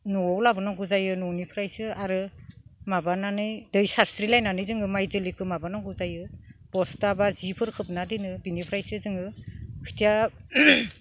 न'आव लाबो नांगौ जायो न'निफ्रायसो आरो माबानानै दै सारस्रिलायनानै जोङो माइ जोलैखो माबा नांगौ जायो बस्था बा जि फोर खोबना दिनो बिनिफ्रायसो जोङो खिथिया